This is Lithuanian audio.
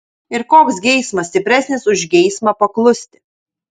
ir koks geismas stipresnis už geismą paklusti